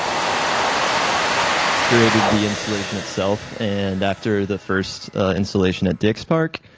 ah so, after we curated the installation itself, and after the first installation at dick's park,